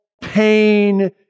pain